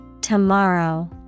Tomorrow